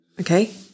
Okay